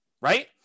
Right